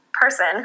person